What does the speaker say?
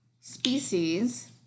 species